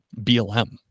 BLM